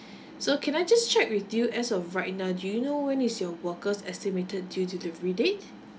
so can I just check with you as of right now do you know when is your worker's estimated due delivery date